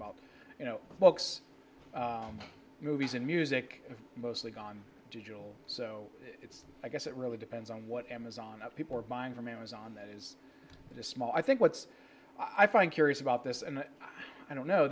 about you know what's movies and music mostly gone digital so it's i guess it really depends on what amazon of people are buying from amazon that is a small i think what's i find curious about this and i don't know